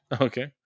Okay